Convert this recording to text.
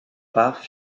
part